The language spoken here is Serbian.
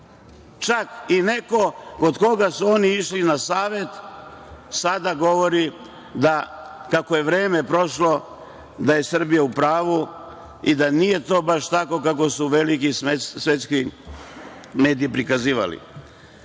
Čak i neko kod koga su oni išli po savet sada govori, kako je vreme prošlo, da je Srbija u pravu i da nije to baš tako kako su veliki svetski mediji prikazivali. Mnogo